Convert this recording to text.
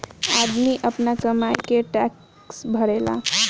आदमी आपन कमाई के टैक्स भरेला